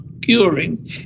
curing